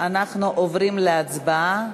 אנחנו עוברים להצבעה.